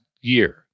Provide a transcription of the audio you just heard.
year